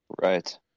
Right